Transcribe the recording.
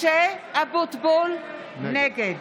משה אבוטבול, נגד